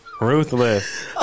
ruthless